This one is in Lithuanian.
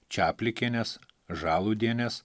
čaplikienės žalūdienės